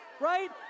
right